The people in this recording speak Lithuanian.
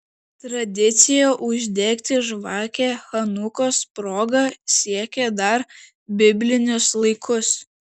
tradicija uždegti žvakę chanukos proga siekia dar biblinius laikus